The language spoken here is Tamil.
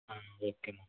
ஆ ஓகேம்மா